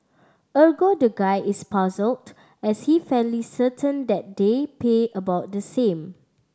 ergo the guy is puzzled as he fairly certain that they pay about the same